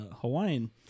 Hawaiian